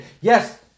Yes